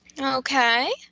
Okay